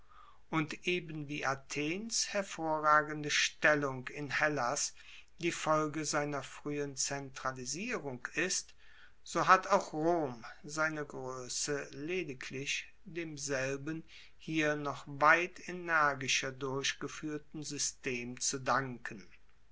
und eben wie athens hervorragende stellung in hellas die folge seiner fruehen zentralisierung ist so hat auch rom seine groesse lediglich demselben hier noch weit energischer durchgefuehrten system zu danken